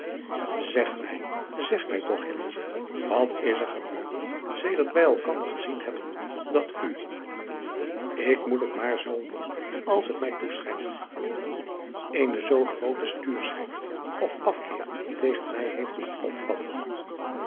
eg mij zeg mij toch wat is er gebeurd sedert wij elkander gezien hebben dat u ik moet het maar zoo noemen als het mij toeschijnt eene zoo groote stuurschheid of afkeer tegen mij heeft doen opvatten